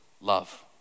love